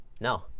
No